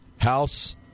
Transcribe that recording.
House